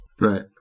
right